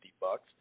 bucks